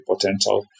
potential